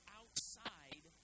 outside